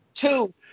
Two